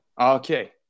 Okay